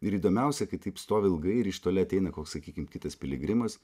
ir įdomiausia kai taip stovi ilgai ir iš toli ateina koks sakykim kitas piligrimas